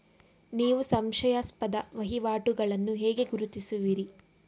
ನೀವು ಸಂಶಯಾಸ್ಪದ ವಹಿವಾಟುಗಳನ್ನು ಹೇಗೆ ಗುರುತಿಸುವಿರಿ?